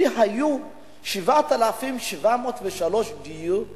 והיו 7,703 בדיור ציבורי.